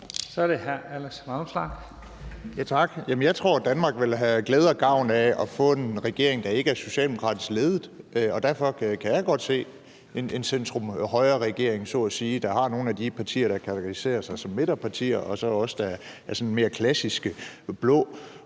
15:32 Alex Vanopslagh (LA): Tak. Jeg tror, at Danmark vil have glæde og gavn af at få en regering, der ikke er socialdemokratisk ledet, og derfor kan jeg godt se en centrum-højre-regering, så at sige, der består af nogle af de partier, der kategoriserer sig som midterpartier, og så os, der er mere klassisk blå.